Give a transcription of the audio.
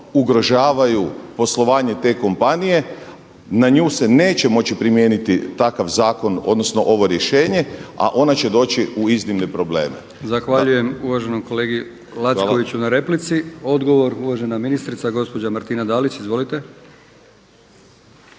ugrožavaju poslovanje te kompanije, na nju se neće moći primijeniti takav zakon odnosno ovo rješenje, a ona će doći u iznimne probleme. **Brkić, Milijan (HDZ)** Zahvaljujem uvaženom kolegi Lackoviću na replici. Odgovor, uvažena ministrica gospođa Martina Dalić. Izvolite.